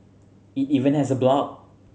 it even has a blog